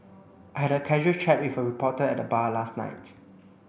I had a casual chat with a reporter at the bar last night